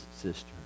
sister